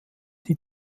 die